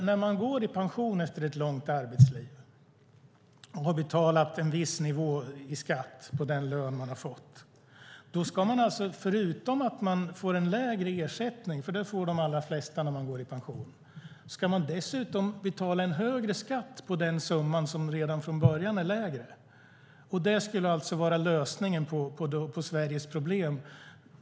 När man går i pension efter ett långt arbetsliv och har betalat en viss nivå i skatt på den lön man har fått ska man förutom att få en lägre ersättning, vilket de allra flesta får när de går i pension, dessutom betala högre skatt på den summa som redan från början är lägre. Det skulle alltså vara lösningen på Sveriges problem.